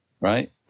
right